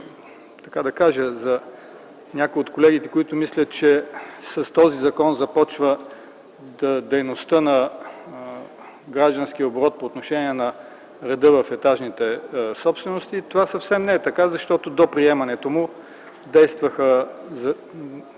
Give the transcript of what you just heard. искам да кажа за някои от колегите, които мислят, че с този закон започва дейността на гражданския оборот по отношение на реда в етажните собствености - това съвсем не е така, защото до приемането му действаха